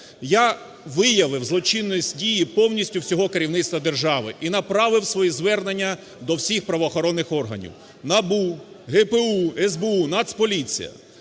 я виявив злочинність дії повністю всього керівництва держави і направив свої звернення до всіх правоохоронних органів – НАБУ, ГПУ, СБУ, Нацполіція.